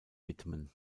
widmen